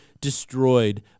destroyed